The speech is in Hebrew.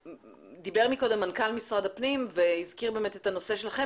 דיבר קודם מנכ"ל משרד הפנים והזכיר את הנושא שלכם,